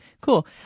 Cool